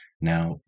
Now